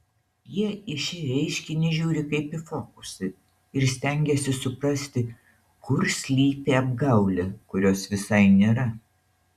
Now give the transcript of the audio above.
jie į šį reiškinį žiūri kaip į fokusą ir stengiasi suprasti kur slypi apgaulė kurios visai nėra